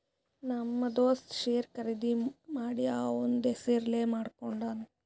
ನಮ್ ದೋಸ್ತ ಶೇರ್ ಖರ್ದಿ ಮಾಡಿ ಅವಂದ್ ಹೆಸುರ್ಲೇ ಮಾಡ್ಕೊಂಡುನ್